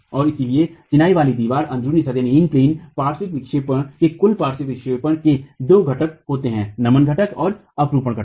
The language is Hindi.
और इसलिए चिनाई वाली दीवार अन्ध्रुनी सतह पार्श्व विक्षेपण के कुल पार्श्व विक्षेपण में दो घटक होते हैं नमन घटक और अपरूपण घटक